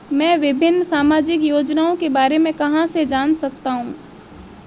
मैं विभिन्न सामाजिक योजनाओं के बारे में कहां से जान सकता हूं?